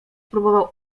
próbował